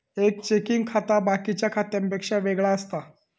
एक चेकिंग खाता बाकिच्या खात्यांपेक्षा वेगळा असता